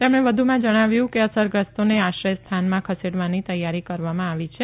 તેમણે વધુમાં જણાવ્યું છે કે અસરગ્રસ્તોને આશ્રયસ્થાનમાં ખસેડવાની તૈયાર કરવામાં આવવ છે